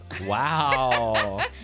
Wow